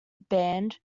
band